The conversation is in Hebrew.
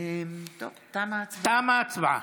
תמה הצבעה.